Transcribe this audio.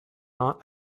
not